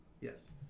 Yes